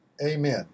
Amen